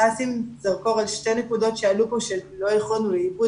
לשים זרקור על שתי נקודות שעלו פה שלא יילכו לנו לאיבוד.